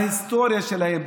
בהיסטוריה שלהם,